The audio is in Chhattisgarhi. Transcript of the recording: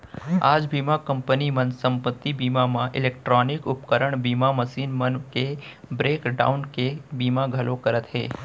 आज बीमा कंपनी मन संपत्ति बीमा म इलेक्टानिक उपकरन बीमा, मसीन मन के ब्रेक डाउन के बीमा घलौ करत हें